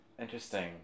interesting